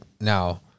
now